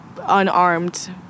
unarmed